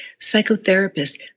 psychotherapists